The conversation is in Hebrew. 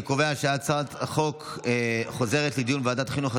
אני קובע שהצעת החוק חוזרת לדיון בוועדת החינוך,